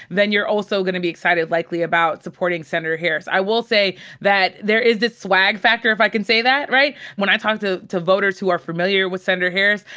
then you're also gonna be excited likely about supporting senator harris. i will say that, there is this swag factor, if i can say that, right? when i talk to to voters who are familiar with senator harris,